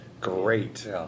great